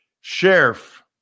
Sheriff